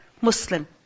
Muslim